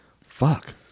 fuck